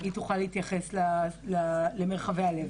היא תוכל להתייחס למרחבי הלב.